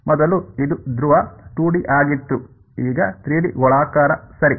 ಮೊದಲು ಇದು ಧ್ರುವ 2 ಡಿ ಆಗಿತ್ತು ಈಗ 3 ಡಿ ಗೋಳಾಕಾರ ಸರಿ